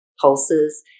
pulses